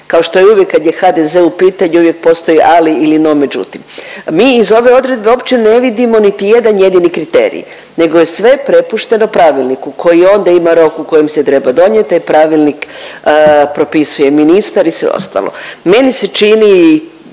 kao što i uvijek kad je HDZ u pitanju uvijek postoji ali ili no međutim. Mi iz ove odredbe uopće ne vidimo niti jedan jedini kriterij nego je sve prepušteno pravilniku koji onda ima rok u kojem se treba donijeti, taj pravilnik propisuje ministar i sve ostalo. Meni se čini,